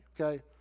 okay